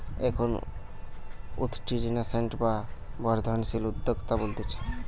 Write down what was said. এখন উঠতি ন্যাসেন্ট বা বর্ধনশীল উদ্যোক্তা বলতিছে